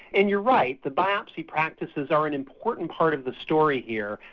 and you're right, the biopsy practices are an important part of the story here.